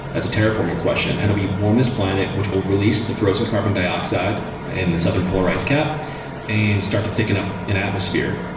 that's a terraforming question. how do we warm this planet, which will release the frozen carbon dioxide in the southern polarized cap and start to thicken up an atmosphere.